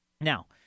Now